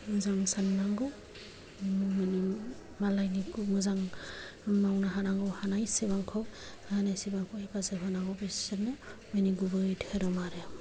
मोजां साननांगौ मानि मालायनिखौ मोजां मावनो हानांगौ हानायसिबांखौ हानायसिबांखौ हेफाजाब होनांगौ बेसोरनो बेनि गुबै धोरोम आरो